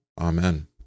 Amen